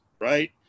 right